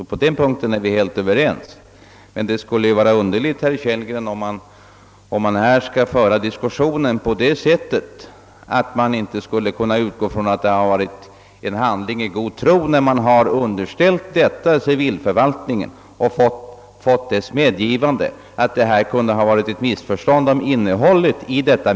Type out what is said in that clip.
På denna punkt är vi helt överens. Men det är underligt att herr Kellgren resonerar som om man inte skulle kunna utgå ifrån att det rör sig om en handling i god tro. Saken underställdes civilförvaltningen och denna lämnade sitt medgivande, det kan alltså ha blivit ett missförstånd beträffande innehållet.